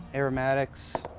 aromatics,